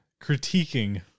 critiquing